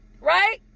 right